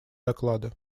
доклада